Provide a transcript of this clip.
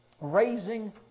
raising